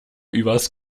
übers